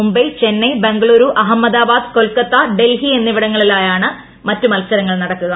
മുംബൈ ചെന്നൈ ബംഗളൂരു അഹമ്മദാബാദ് കൊൽക്കത്ത ഡൽഹി എന്നിവിടങ്ങളി ലായാണ് മറ്റ് മത്സരങ്ങൾ നടക്കുക